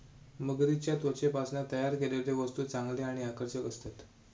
मगरीच्या त्वचेपासना तयार केलेले वस्तु चांगले आणि आकर्षक असतत